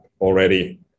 already